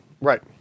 Right